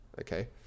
okay